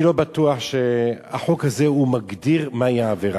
אני לא בטוח שהחוק הזה מגדיר מהי העבירה.